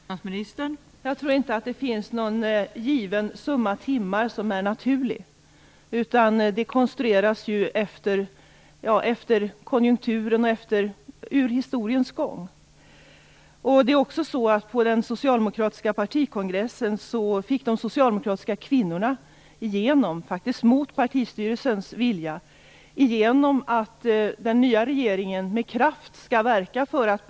Fru talman! Jag tror inte att det finns någon given summa timmar som är naturlig. Detta konstrueras efter konjunkturerna under historiens gång. På den socialdemokratiska partikongressen fick de socialdemokratiska kvinnorna, mot partistyrelsens vilja, igenom att den nya regeringen med kraft skall verka för detta.